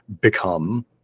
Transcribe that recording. become